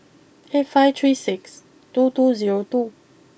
eight five three six two two zero two